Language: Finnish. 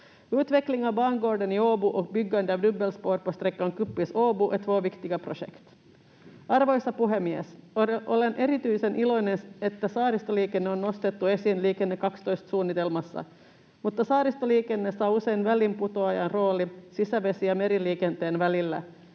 Utveckling av bangården i Åbo och byggande av dubbelspår på sträckan Kuppis—Åbo är två viktiga projekt. Arvoisa puhemies! Olen erityisen iloinen, että saaristoliikenne on nostettu esiin Liiken-ne 12 ‑suunnitelmassa, mutta saaristoliikenne saa usein väliinputoajan roolin sisävesi‑ ja meriliikenteen välillä